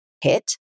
hit